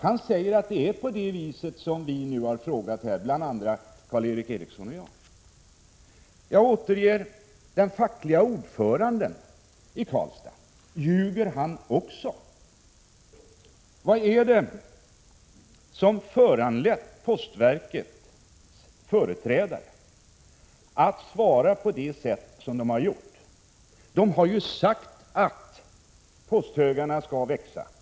Han förklarar att det förhåller sig som vi, bl.a. Karl Erik Eriksson och jag, har sagt. Jag återger vad den fackliga ordföranden i Karlstad har uttalat. Ljuger han också? Vad är det som föranlett postverkets företrädare att svara som de har gjort? De har ju sagt att posthögarna skall växa.